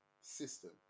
system